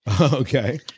Okay